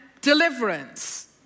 deliverance